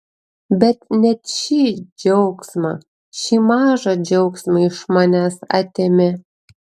bet net šį džiaugsmą šį mažą džiaugsmą iš manęs atėmė